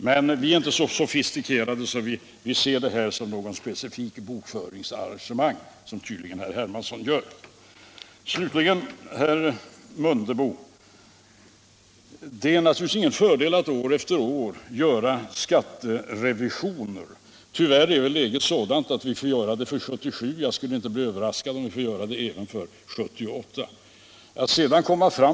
Men vi är inte så sofistikerade att vi ser detta som något specifikt bokföringsarrangemang, som tydligen herr Hermansson gör. Sedan vill jag vända mig till herr Mundebo. Det är naturligtvis ingen fördel att år efter år göra skatterevisioner. Tyvärr är läget sådant att vi får göra det för 1977 och jag skulle inte bli överraskad om vi får göra det även för 1978.